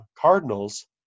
Cardinals